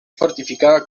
fortificada